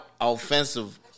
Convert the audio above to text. offensive